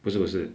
不是不是